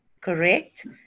Correct